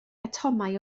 atomau